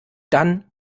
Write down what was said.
dann